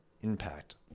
impact